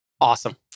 Awesome